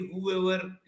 whoever